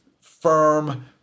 firm